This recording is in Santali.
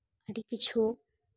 ᱟᱹᱰᱤ ᱠᱤᱪᱷᱩ